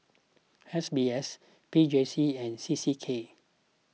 S B S P J C and C C K